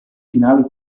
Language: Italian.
finale